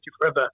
forever